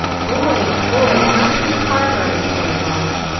boys, boys, not through the parlor! implored mamma,